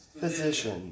physician